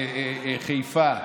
חיפה,